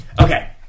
okay